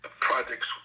projects